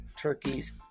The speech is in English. Turkey's